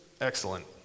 excellent